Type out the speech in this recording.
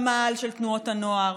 במאהל של תנועות הנוער,